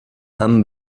and